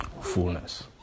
fullness